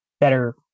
better